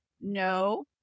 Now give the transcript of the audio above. No